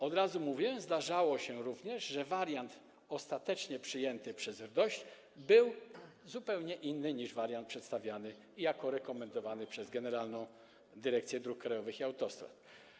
Od razu powiem, że zdarzało się również, że wariant ostatecznie przyjęty przez RDOŚ był zupełnie inny niż ten przedstawiany jako rekomendowany przez Generalną Dyrekcję Dróg Krajowych i Autostrad.